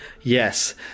Yes